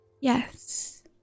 Yes